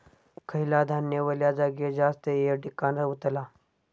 खयला धान्य वल्या जागेत जास्त येळ टिकान रवतला?